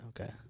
Okay